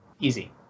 Easy